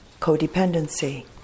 codependency